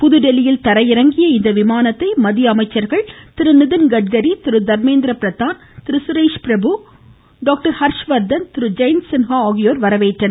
புதுதில்லியில் தரையிறங்கிய இந்த விமானத்தை மத்திய அமைசச்ர்கள் திரு நிதின் கட்கரி திரு தர்மேந்திர பிரதான் திரு சுரேஷ் பிரபு டாக்டர் ஹர்ஷ்வர்தன் திரு ஜெயந்த் சின்ஹா ஆகியோர் வரவேற்றனர்